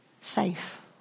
safe